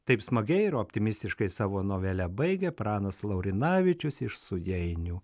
taip smagiai ir optimistiškai savo novelę baigia pranas laurinavičius iš sujeinių